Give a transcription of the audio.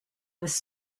was